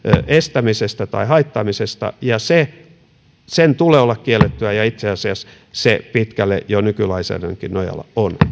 estämisestä tai haittaamisesta ja sen tulee olla kiellettyä ja itse asiassa se pitkälle jo nykylainsäädännönkin nojalla on